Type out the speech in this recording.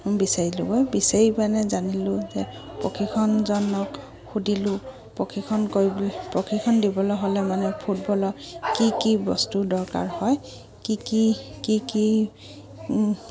বিচাৰিলোগৈ বিচাৰি মানে জানিলোঁ যে প্ৰশিক্ষকজনক সুধিলোঁ প্ৰশিক্ষণ কৰিবলৈ প্ৰশিক্ষণ দিবলৈ হ'লে মানে ফুটবলৰ কি কি বস্তুৰ দৰকাৰ হয় কি কি